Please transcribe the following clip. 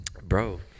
Bro